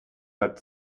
that